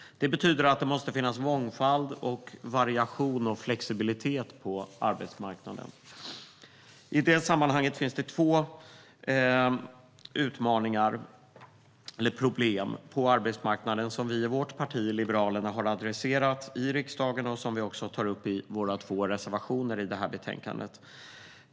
Det betyder också att det måste finnas mångfald, variation och flexibilitet på arbetsmarknaden. I det sammanhanget finns två utmaningar, eller problem, på arbetsmarknaden som vi i Liberalerna har adresserat i riksdagen och som vi också tar upp i våra två reservationer i betänkandet.